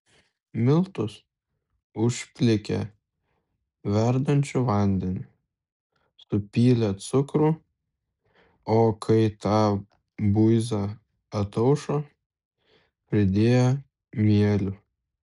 miltus užplikė verdančiu vandeniu supylė cukrų o kai ta buiza ataušo pridėjo mielių